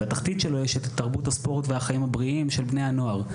בתחתית שלו יש את תרבות הספורט והחיים הבריאים של בני הנוער.